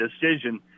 decision